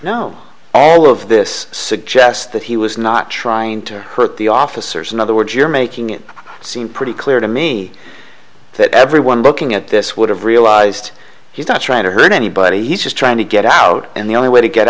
know all of this suggests that he was not trying to hurt the officers in other words you're making it seem pretty clear to me that everyone looking at this would have realized he's not trying to hurt anybody he's just trying to get out and the only way to get